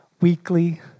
weekly